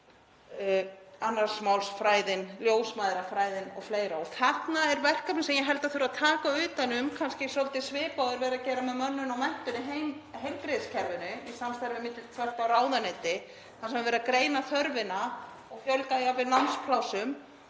annarsmálsfræðin, ljósmæðrafræðin og fleira. Þarna er verkefni sem ég held að þurfi að taka utan um, kannski svolítið svipað og er verið að gera með mönnun og menntun í heilbrigðiskerfinu í samstarfi þvert á ráðuneyti þar sem verið er að greina þörfina og fjölga jafnvel námsplássum.